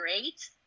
great